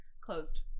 Closed